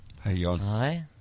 Hi